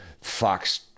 fox